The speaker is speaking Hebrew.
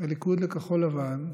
הליכוד לכחול לבן,